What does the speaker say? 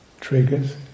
triggers